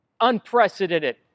Unprecedented